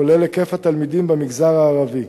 כולל היקף התלמידים במגזר הערבי.